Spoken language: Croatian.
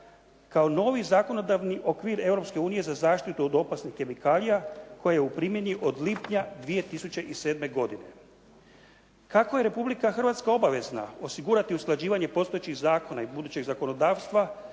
kao novi zakonodavni okvir Europske unije za zaštitu od opasnih kemikalija koja je u primjeni od lipnja 2007. godine. Kako je Republika Hrvatska obavezna osigurati usklađivanje postojećih zakona i budućeg zakonodavstva